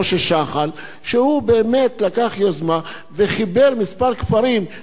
שבאמת לקח יוזמה וחיבר כמה כפרים שהיו בלתי מוכרים,